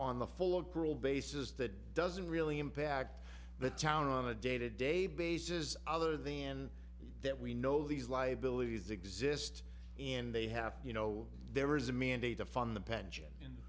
on the full girl bases that doesn't really impact the town on a day to day basis other than that we know these liabilities exist in they have you know there is a mandate to fund the pension and